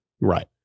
Right